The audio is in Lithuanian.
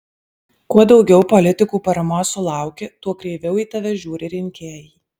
kuo daugiau politikų paramos sulauki tuo kreiviau į tave žiūri rinkėjai